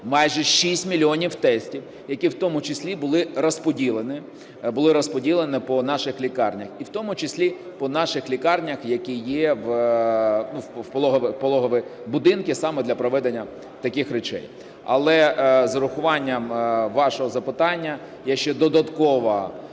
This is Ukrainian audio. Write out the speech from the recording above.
Майже 6 мільйонів тестів, які в тому числі були розподілені по наших лікарнях і в тому числі по наших лікарнях, якими є пологові будинки, саме для проведення таких речей. Але з урахуванням вашого запитання, ще додатково